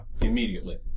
immediately